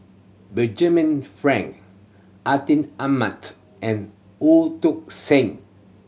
Benjamin Frank Atin Amat and Sen